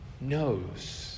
knows